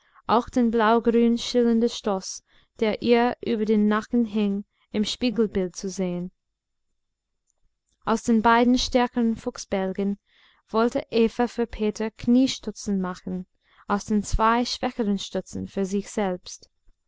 auch den blaugrün schillernden stoß der ihr über den nacken hing im spiegelbild zu sehen aus den beiden stärkeren fuchsbälgen wollte eva für peter kniestutzen machen aus den zwei schwächeren stutzen für sich selbst